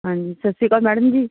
ਹਾਂਜੀ ਸਤਿ ਸ਼੍ਰੀ ਅਕਾਲ ਮੈਡਮ ਜੀ